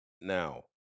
now